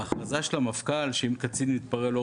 על ההכרזה של המפכ"ל שאם קצין מתפרע הוא לא